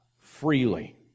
freely